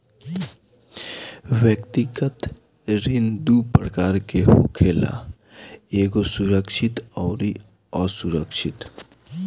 व्यक्तिगत ऋण दू प्रकार के होखेला एगो सुरक्षित अउरी असुरक्षित